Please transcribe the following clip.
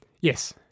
Yes